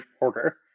order